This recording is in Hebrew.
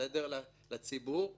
לציבור ולכולם.